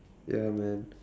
ya man